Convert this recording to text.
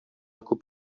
күп